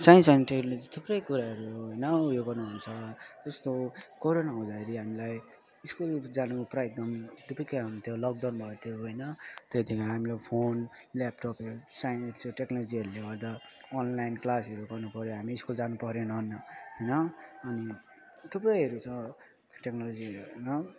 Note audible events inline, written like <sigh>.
science अनि technology थुप्रै कुराहरू होइन उयो गर्नुहुन्छ जस्तो कोरोना हुँदाखेरि हामीलाई स्कुल जानु प्रायः एकदम <unintelligible> लकडाउन भएको थियो होइन त्यतिखेर हामीलाई फोन ल्यापटपहरू साइन्स टेक्नोलोजीहरूले गर्दा अनलाइन क्लासहरू गर्नुपर्यो हामी स्कुल जानुपरेन न होइन अनि थुप्रैहरू छ टेक्नोलोजीहरू होइन